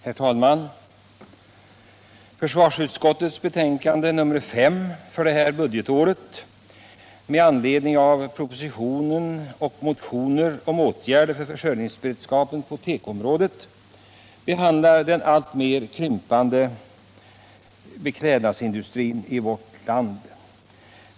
Herr talman! Försvarsutskottets betänkande nr 5 med anledning av propositionen — och i anledning därav väckta motioner - om åtgärder för försörjningsberedskapen på tekoområdet behandlar den alltmer krympande beklädnadsindustrin i vårt land.